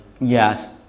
Yes